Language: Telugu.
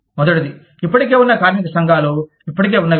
మొదటిది ఇప్పటికే ఉన్న కార్మిక సంఘాలు ఇప్పటికే ఉన్నవి